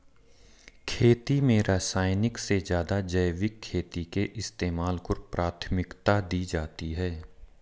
खेती में रासायनिक से ज़्यादा जैविक खेती के इस्तेमाल को प्राथमिकता दी जाती है